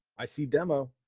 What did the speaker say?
i see demo.